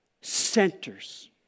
centers